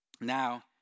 Now